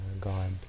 God